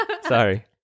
sorry